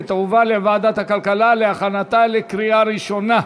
ותועבר לוועדת הכלכלה להכנתה לקריאה ראשונה.